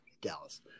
Dallas